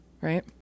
right